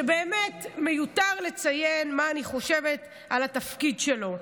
שבאמת, מיותר לציין מה אני חושבת על התפקיד שלו.